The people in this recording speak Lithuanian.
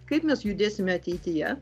kaip mes judėsime ateityje